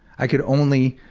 i could only,